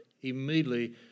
immediately